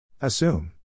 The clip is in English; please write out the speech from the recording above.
Assume